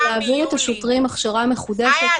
-- אנחנו צריכים להעביר את השוטרים הכשרה מחודשת --- איה,